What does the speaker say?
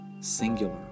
singular